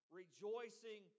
rejoicing